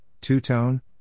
Two-Tone